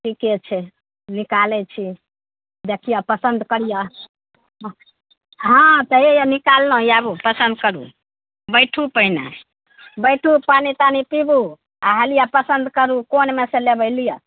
ठीके छै निकालै छी देखियौ पसन्द करियौ हाँ तऽ निकाललहुँ आबू पसन्द करू बैठू पहने बैठू पानि तानि पीबू आ हँ लिअ पसन्द करू कोनमेसँ लेबै लिअ